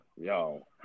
Yo